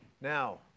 Now